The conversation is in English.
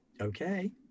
Okay